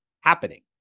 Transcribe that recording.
happening